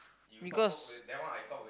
because